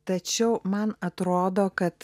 tačiau man atrodo kad